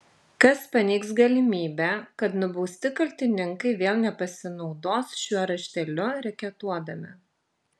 kas paneigs galimybę kad nubausti kaltininkai vėl nepasinaudos šiuo rašteliu reketuodami